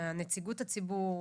נציגות הציבור,